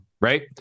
Right